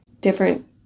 different